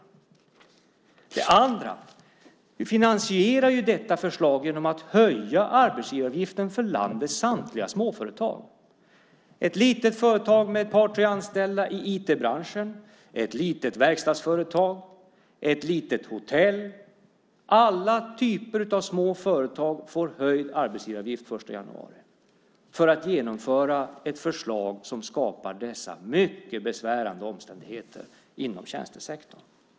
För det andra finansierar ni detta förslag genom att höja arbetsgivaravgiften för landets samtliga småföretag. Det kan vara ett litet företag med ett par tre anställda i IT-branschen, ett litet verkstadsföretag eller ett litet hotell. Alla typer av små företag får höjd arbetsgivaravgift den 1 januari för att genomföra ett förslag som skapar dessa mycket besvärande omständigheter inom tjänstesektorn.